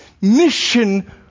mission